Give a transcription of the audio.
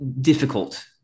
difficult